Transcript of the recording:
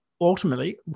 ultimately